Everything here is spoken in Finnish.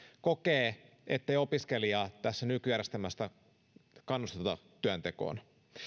kokee ettei opiskelijaa tässä nykyjärjestelmässä kannusteta työntekoon